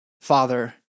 father